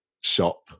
shop